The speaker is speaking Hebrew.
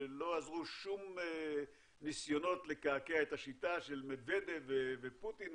לא עזרו שום ניסיונות לקעקע את השיטה של מדבדב ופוטין.